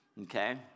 okay